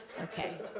okay